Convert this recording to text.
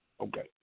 Okay